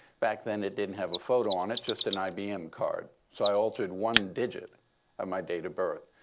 back then, it didn't have a photo on it, just an ibm card. so i altered one digit of my date of birth.